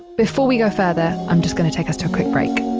before we go further, i'm just gonna take us to a quick break.